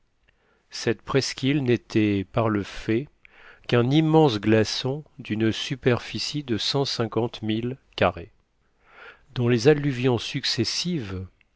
cette presqu'île n'était par le fait qu'un immense glaçon d'une superficie de cent cinquante milles carrés dont les alluvions successives